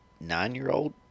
nine-year-old